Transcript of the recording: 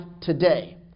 today